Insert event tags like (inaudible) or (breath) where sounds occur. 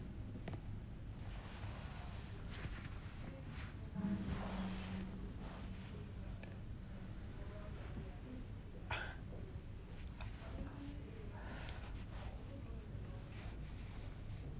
(breath)